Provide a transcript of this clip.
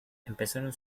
empezaron